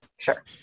Sure